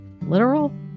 literal